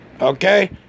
okay